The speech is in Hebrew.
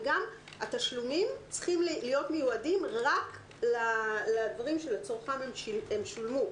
וגם התשלומים צריכים להיות מיועדים רק לדברים שלצורכם הם שולמו,